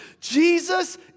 Jesus